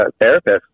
therapist